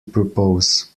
propose